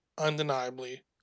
undeniably